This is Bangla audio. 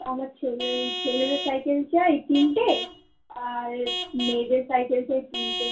আমার ছেলে ছেলেদের সাইকেল চাই তিনটে আর মেয়েদের সাইকেল চাই তিনটে